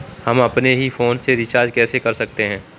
हम अपने ही फोन से रिचार्ज कैसे कर सकते हैं?